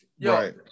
Right